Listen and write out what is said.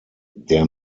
der